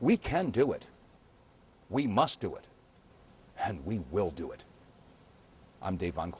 we can do it we must do it and we will do it i'm dave